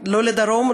לא לדרום,